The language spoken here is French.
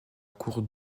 cours